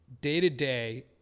day-to-day